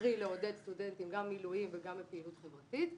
קרי לעודד סטודנטים גם מילואים וגם לפעילות חברתית,